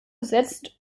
gesetzt